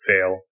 fail